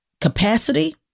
capacity